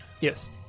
Yes